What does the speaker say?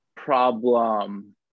Problem